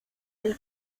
del